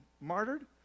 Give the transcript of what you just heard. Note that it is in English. martyred